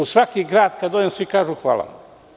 U svaki grad kad odem svi kažu – hvala vam.